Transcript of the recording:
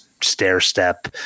stair-step